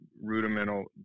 rudimental